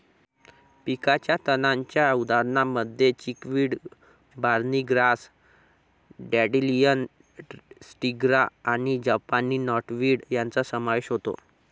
पिकाच्या तणांच्या उदाहरणांमध्ये chickweed, barnyard grass, dandelion, striga आणि जपानी नॉटवीड यांचा समावेश होतो